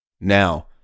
Now